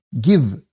give